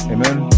Amen